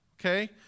Okay